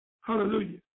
hallelujah